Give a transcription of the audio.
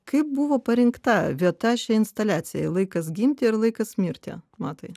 kaip buvo parinkta vieta šiai instaliacijai laikas gimti ir laikas mirti matai